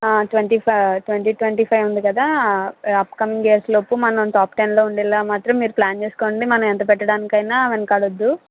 twenty five twenty twenty five ఉంది కదా upcoming years లోపు మనం టాప్ టెన్ లో ఉండేలా మాత్రం మీరు ప్లాన్ చేసుకోండి మనం ఎంత పెట్టడానికైనా వెనుకాడొద్దు